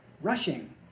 rushing